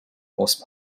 horse